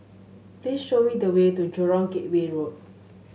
please show me the way to Jurong Gateway Road